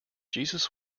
jesus